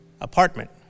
apartment